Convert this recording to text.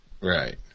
Right